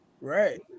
Right